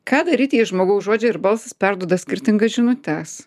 ką daryti jei žmogaus žodžiai ir balsas perduoda skirtingas žinutes